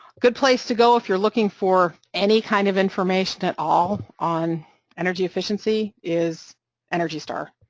good place to go if you're looking for any kind of information at all on energy efficiency is energy star,